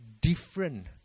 different